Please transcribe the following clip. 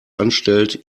anstellt